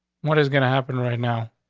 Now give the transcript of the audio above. what is gonna happen right now?